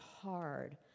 hard